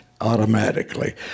automatically